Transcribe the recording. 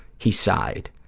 he sighed,